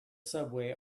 subway